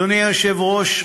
אדוני היושב-ראש,